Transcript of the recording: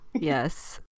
yes